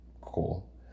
cool